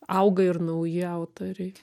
auga ir nauji autoriai